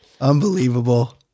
Unbelievable